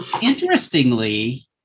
Interestingly